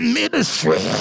ministry